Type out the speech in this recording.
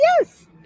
yes